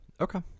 okay